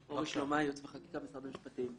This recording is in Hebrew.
אורי שלומאי, יעוץ וחקיקה, משרד המשפטים.